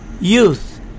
youth